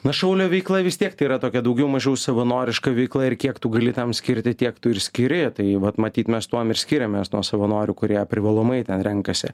na šaulio veikla vis tiek yra tokia daugiau mažiau savanoriška veikla ir kiek tu gali tam skirti tiek tu ir skiri tai vat matyt mes tuom ir skiriamės nuo savanorių kurie privalomai ten renkasi